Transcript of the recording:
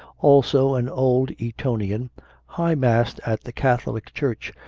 also an old etonian high mass at the catholic church,